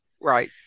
Right